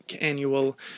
annual